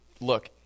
look